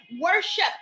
worship